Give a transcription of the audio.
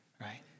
right